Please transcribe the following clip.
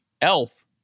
Elf